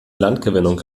landgewinnung